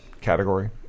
category